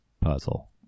puzzle